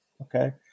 okay